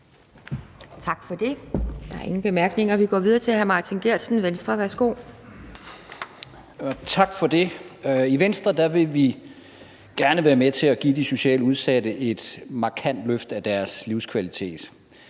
Tak for det. I Venstre vil vi gerne være med til at give de socialt udsatte et markant løft af deres livskvalitet,